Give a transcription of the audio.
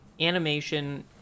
animation